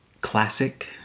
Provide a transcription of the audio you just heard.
classic